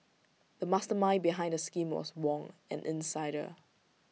the mastermind behind the scheme was Wong an insider